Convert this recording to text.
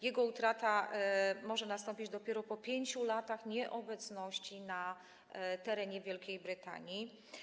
Jego utrata może nastąpić dopiero po 5 latach nieobecności na terenie Wielkiej Brytanii.